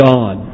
God